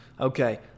Okay